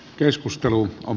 keskustelu on